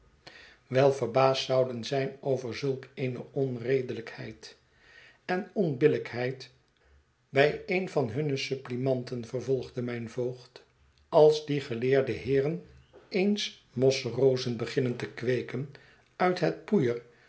wel verbaasd zouden zijn over zulk eene onredelijkheid en onbillijkheid bij een van hunne supplianten vervolgde mijn voogd als die geleerde heeren eens mos rozen beginnen te kweeken uit het poeier